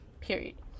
period